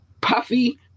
Puffy